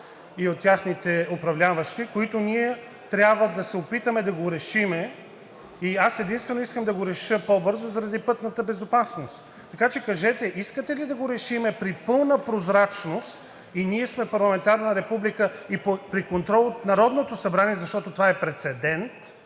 и от техните управляващи, който ние трябва да се опитаме да решим. И аз единствено искам да го реша по-бързо заради пътната безопасност. Така че кажете: искате ли да го решим при пълна прозрачност – ние сме парламентарна република, и при контрол от Народното събрание. Защото това е прецедент,